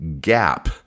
gap